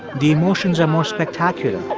the emotions are more spectacular